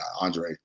Andre